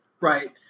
Right